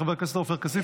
חבר הכנסת עופר כסיף,